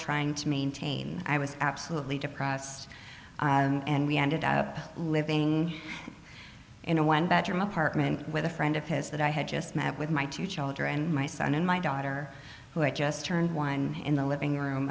trying to maintain i was absolutely depressed and we ended up living in a one bedroom apartment with a friend of his that i had just met with my two children my son and my daughter who had just turned one in the living room